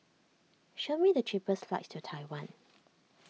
show me the cheapest flights to Taiwan